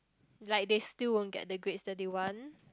like they still won't get the grades that they want